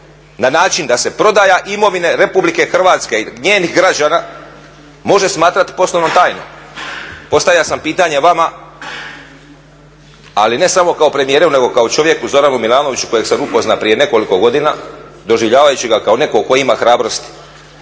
na način da se prodaja imovine RH i njenih građana može smatrati poslovnom tajnom? Postavio sam pitanje vama ali ne samo kao premijeru nego i kao čovjeku Zoranu Milanoviću kojeg sam upoznao prije nekoliko godina, doživljavajući ga kao nekog tko ima hrabrosti